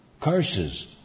Curses